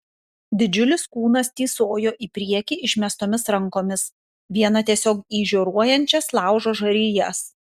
didžiulis kūnas tįsojo į priekį išmestomis rankomis viena tiesiog į žioruojančias laužo žarijas